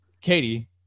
Katie